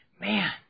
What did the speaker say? man